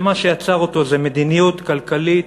שמה שיצר אותו זו מדיניות כלכלית.